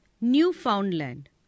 newfoundland